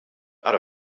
out